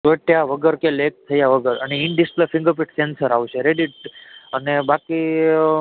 ચોંટ્યા વગર કે લેગ થયા વગર અને ઇન ડિસ્પ્લે ફિંગરપ્રિન્ટ સેન્સર આવશે રેડી અને બાકી